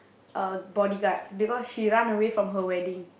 uh bodyguards because she run away from her wedding